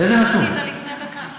אמרתי את זה לפני דקה.